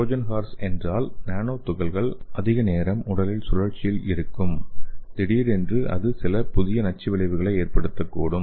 Trojan horse என்றால் nano துகள் அதிக நேரம் உடலில் சுழற்சியில் இருக்கும் திடீரென்று அது சில புதிய நச்சு விளைவுகளை ஏற்படுத்தக்கூடும்